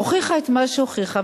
הוכיחה את מה שהוכיחה.